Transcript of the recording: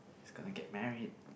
he's gonna get married